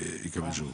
ויקבל שירותים.